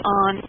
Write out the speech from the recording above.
on